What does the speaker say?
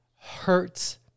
hurts